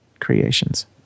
creations